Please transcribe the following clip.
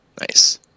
Nice